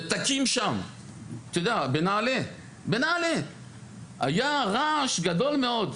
בנעלה היה רעש גדול מאוד.